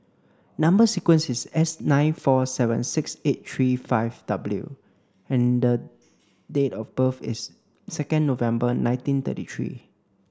number sequence is S nine four seven six eight three five W and date of birth is second November nineteen thirty three